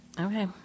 okay